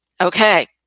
Okay